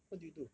what do you do